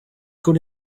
good